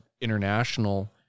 international